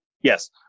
Yes